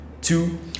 Two